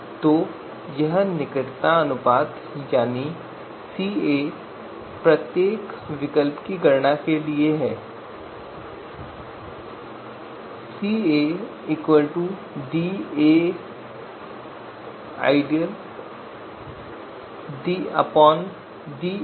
तो यह निकटता अनुपात यानी सीए प्रत्येक विकल्प के लिए गणना की जा रही है